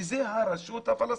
שזה הרשות הפלסטינית.